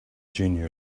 junior